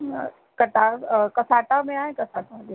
अ कटा कसाटा में आहे